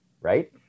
right